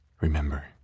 remember